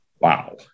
wow